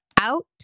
out